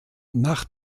nach